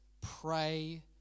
pray